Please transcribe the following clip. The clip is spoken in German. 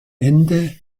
ende